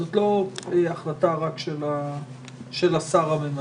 זו לא החלטה רק של השר הממנה.